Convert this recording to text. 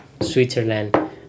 Switzerland